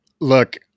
look